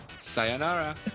Sayonara